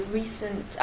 recent